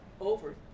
over